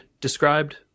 described